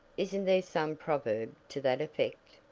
isn't there some proverb to that effect?